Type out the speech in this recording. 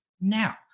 now